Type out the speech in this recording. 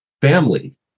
Family